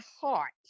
heart